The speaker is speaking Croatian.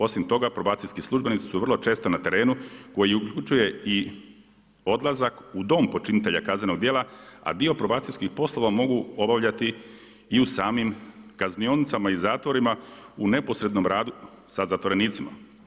Osim toga, probacijski službenici su vrlo često na terenu koji uključuje i odlazak u dom počinitelja kaznenog djela, a dio probacijskih poslova mogu obavljati i u samim kaznionicama i zatvorima u neposrednom radu sa zatvorenicima.